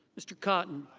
mr. cotton.